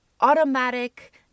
automatic